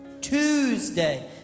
Tuesday